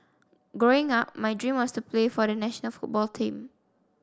growing up my dream was to play for the national football team